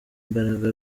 imbaraga